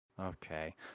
okay